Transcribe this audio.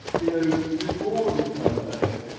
you know, before this pandemic,